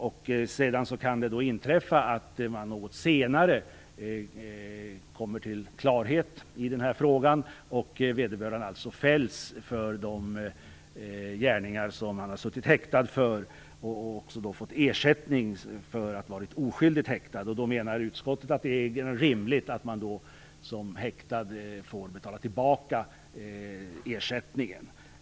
Det kan sedan inträffa att vederbörande ändå fälls för de gärningar som han har suttit häktad för. Utskottet menar att det är rimligt att den häktade då får betala tillbaka ersättningen.